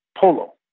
polo